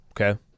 okay